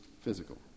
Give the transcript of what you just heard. physical